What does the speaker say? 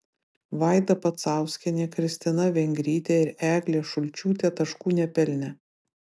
vaida pacauskienė kristina vengrytė ir eglė šulčiūtė taškų nepelnė